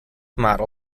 model